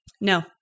No